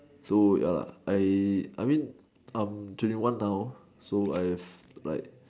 so ya lah I I mean I'm twenty one now so I've like